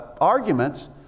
arguments